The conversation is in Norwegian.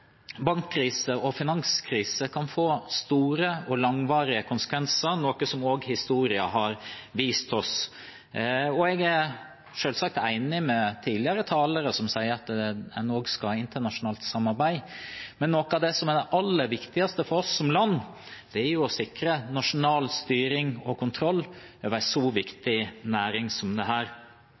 Bankkrise og finanskrise kan få store og langvarige konsekvenser, noe som også historien har vist oss. Jeg er selvsagt enig med tidligere talere som sier at en også skal ha internasjonalt samarbeid, men noe av det aller viktigste for oss som land er å sikre nasjonal styring og kontroll med en så viktig næring som